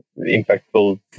impactful